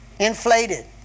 Inflated